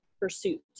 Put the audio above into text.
pursuit